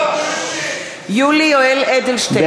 נגד יולי יואל אדלשטיין,